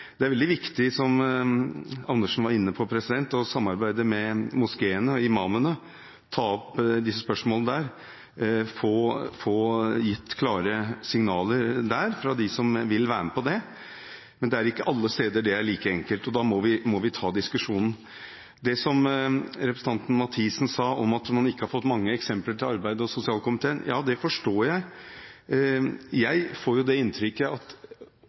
Det er veldig viktig, som representanten Andersen var inne på, å samarbeide med moskeene og imamene, ta opp disse spørsmålene med dem og få gitt klare signaler til dem fra dem som vil være med på det. Men det er ikke alle steder det er like enkelt, og da må vi ta diskusjonen. Det som representanten Stein Mathisen sa om at man ikke har fått mange eksempler til arbeids- og sosialkomiteen – ja, det forstår jeg. Jeg får jo det inntrykket at